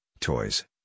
toys